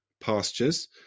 pastures